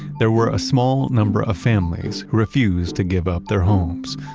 there were a small number of families who refused to give up their homes.